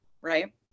right